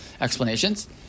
explanations